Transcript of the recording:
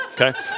Okay